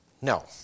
No